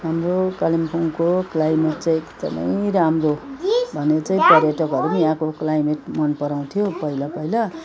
हाम्रो कालिम्पोङको क्लाइमेट चाहिँ एकदमै राम्रो भनेर पर्यटकहरू पनि यहाँको क्लाइमेट मन पराउँथ्यो पहिला पहिला